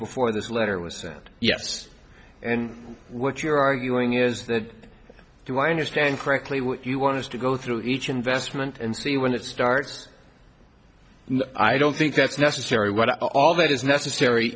before this letter was sent yes and what you're arguing is that do i understand correctly what you want to go through each investment and see when it starts i don't think that's necessary what all that is necessary